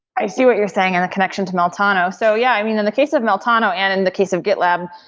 i see what you're saying in a connection to meltano. so yeah i mean, in the case of meltano and in the case of gitlab,